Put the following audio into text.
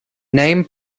name